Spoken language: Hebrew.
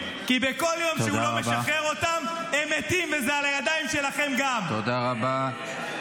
וכל מי שיושב פה צריך להגיד: תודה רבה,